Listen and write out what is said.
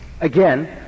again